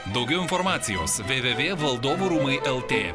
daugiau informacijos vėvėvė valdovų rūmai lt